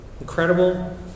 incredible